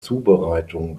zubereitung